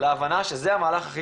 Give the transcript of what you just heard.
להבנה שזה המהלך.